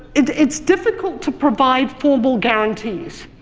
it's it's difficult to provide formal guarantees.